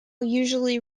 usually